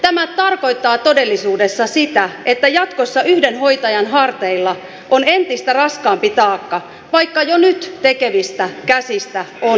tämä tarkoittaa todellisuudessa sitä että jatkossa yhden hoitajan harteilla on entistä raskaampi taakka vaikka jo nyt tekevistä käsistä on pulaa